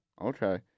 Okay